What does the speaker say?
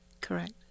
Correct